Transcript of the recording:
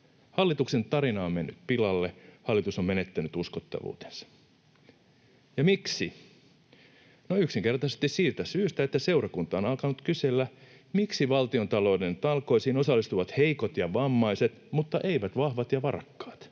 Hallituksen tarina on mennyt pilalle, hallitus on menettänyt uskottavuutensa. Ja miksi? No, yksinkertaisesti siitä syystä, että seurakunta on alkanut kysellä, miksi valtiontalouden talkoisiin osallistuvat heikot ja vammaiset mutta eivät vahvat ja varakkaat.